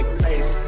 place